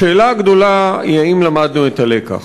השאלה הגדולה היא, האם למדנו את הלקח?